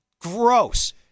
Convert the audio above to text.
Gross